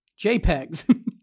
JPEGs